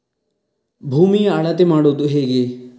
ಭೂಮಿಯ ಅಳತೆ ಮಾಡುವುದು ಹೇಗೆ?